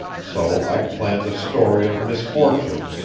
so i planned a story of misfortune,